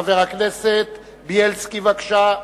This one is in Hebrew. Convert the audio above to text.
חבר הכנסת בילסקי, בבקשה.